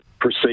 proceed